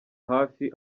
hafi